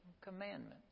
Commandments